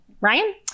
Ryan